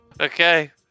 Okay